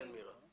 בבקשה.